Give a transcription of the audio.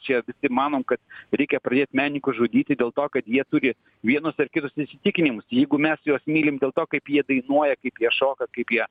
čia visi manom kad reikia pradėt menininkus žudyti dėl to kad jie turi vienus ar kitus įsitikinimus jeigu mes juos mylim dėl to kaip jie dainuoja kaip jie šoka kaip jie